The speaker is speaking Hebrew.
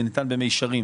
זה ניתן במישרין,